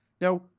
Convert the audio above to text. Now